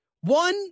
One